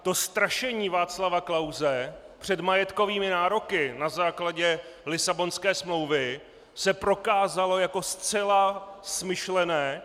To strašení Václava Klause před majetkovými nároky na základě Lisabonské smlouvy se prokázalo jako zcela smyšlené.